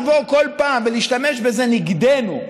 לבוא כל פעם ולהשתמש בזה נגדנו,